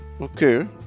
Okay